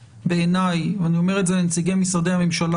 בעיניי ואני אומר את זה לנציגי משרדי הממשלה